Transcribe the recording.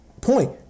point